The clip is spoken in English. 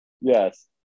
yes